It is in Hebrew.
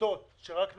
לפעוטות שרק נולדו,